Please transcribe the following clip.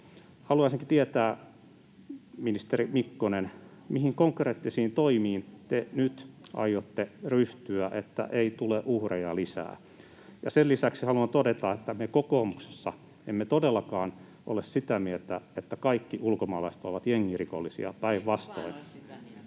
Haluaisinkin tietää, ministeri Mikkonen: mihin konkreettisiin toimiin te nyt aiotte ryhtyä, että ei tule uhreja lisää? Sen lisäksi haluan todeta, että me kokoomuksessa emme todellakaan ole sitä mieltä, että kaikki ulkomaalaiset ovat jengirikollisia, päinvastoin.